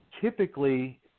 typically